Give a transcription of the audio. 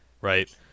Right